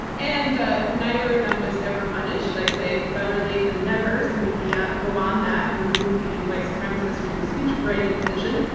and ah neither of them was ever punished. i say better late than never. so maybe yeah, go on that and remove the white supremacist from the speechwriting position.